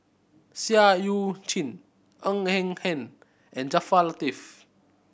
Seah Eu Chin Ng Eng Hen and Jaafar Latiff